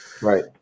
Right